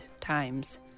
times